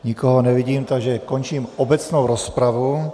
Nikoho nevidím, takže končím obecnou rozpravu.